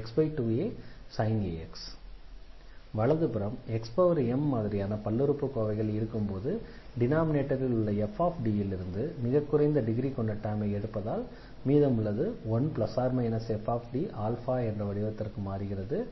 ax x2asin ax வலதுபுறம் xm மாதிரியான பல்லுறுப்புக்கோவைகள் இருக்கும்போது டினாமினேட்டரில் உள்ள f ல் இருந்து மிக குறைந்த டிகிரி கொண்ட டெர்மை எடுப்பதால் மீதமிருப்பது 1±FDஎன்ற வடிவத்திற்கு மாறுகிறது